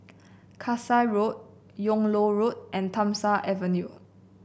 Kasai Road Yung Loh Road and Tham Soong Avenue